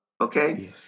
Okay